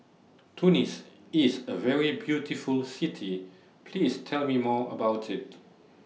Tunis IS A very beautiful City Please Tell Me More about IT